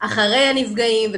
אחרי הנפגעים,